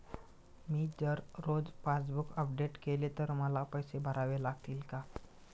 मी जर रोज passbook update केले तर मला पैसे भरावे लागतील का?